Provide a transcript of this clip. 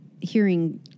hearing